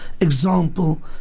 example